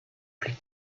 plus